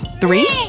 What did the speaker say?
Three